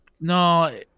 No